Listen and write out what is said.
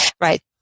right